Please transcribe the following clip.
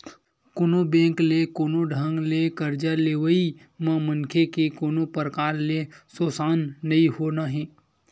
कोनो बेंक ले कोनो ढंग ले करजा लेवई म मनखे के कोनो परकार ले सोसन नइ होना हे